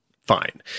fine